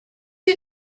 you